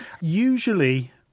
Usually